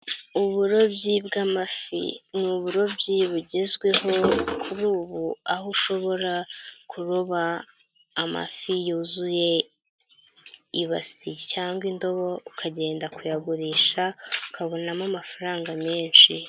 Uburobyi bw'amafi ni uburobyi bugezweho kuri ubu aho ushobora kuroba amafi yuzuye ibasi cyangwa indobo ukagenda kuyagurisha ukabonamo amafaranga menshi.